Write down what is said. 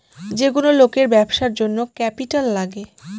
যেগুলো লোকের ব্যবসার জন্য ক্যাপিটাল লাগে